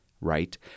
right